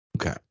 Okay